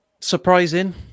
surprising